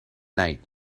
night